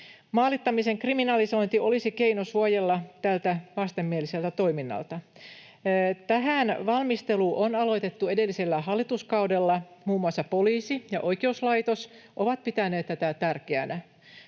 Maalittamisen kriminalisointi olisi keino suojella tältä vastenmieliseltä toiminnalta. Tähän valmistelu on aloitettu edellisellä hallituskaudella. Muun muassa poliisi ja oikeuslaitos ovat pitäneet tätä tärkeänä.